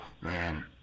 Man